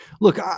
Look